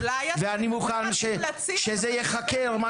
אולי המומלצים --- ואני מוכן שזה ייחקר,